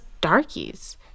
Darkies